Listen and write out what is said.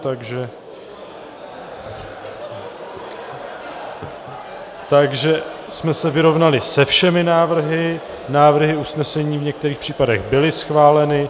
Takže jsme se vyrovnali se všemi návrhy, návrhy usnesení v některých případech byly schváleny.